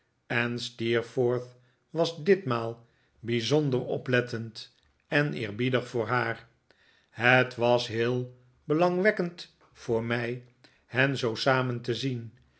en steerforth was ditmaal bijzonder oplettend en eerbiedig voor haar het was heel belangwekkend voor mij hen zoo samen te zien